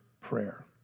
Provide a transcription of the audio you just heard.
prayer